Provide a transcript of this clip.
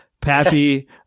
Pappy